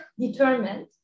determined